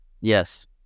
Yes